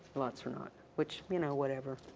lots are not. which, you know, whatever.